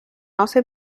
also